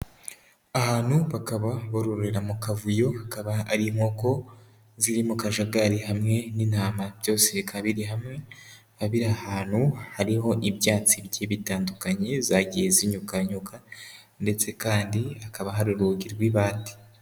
Ahantu bakaba bororera mu kavuyo hakaba ari inkoko ziri mu kajagari hamwe n'intama byose bikaba biri hamwe, bikaba biri ahantu hariho ibyatsi bigiye bitandukanye zagiye zinyukanyuka, ndetse kandi hakaba hari urugi rw'ibati.